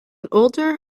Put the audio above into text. older